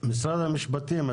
משרד המשפטים,